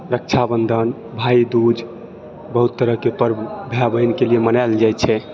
रक्षा बन्धन भाइदूज बहुत तरहकेँ पर्व भाय बहिनके लिए मनाएल जाइ छै